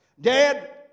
Dad